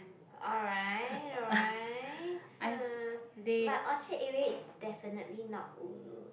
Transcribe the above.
alright alright but Orchard area is definitely not ulu